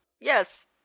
Yes